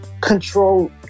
control